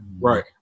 Right